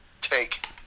take